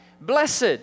Blessed